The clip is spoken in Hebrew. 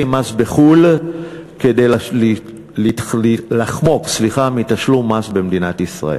מס בחו"ל כדי לחמוק מתשלום מס במדינת ישראל.